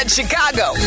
Chicago